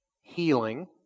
healing